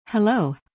Hello